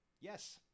Yes